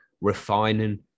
refining